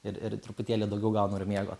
ir ir truputėlį daugiau gaunu ir miego